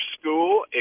school